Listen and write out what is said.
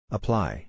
Apply